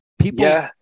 People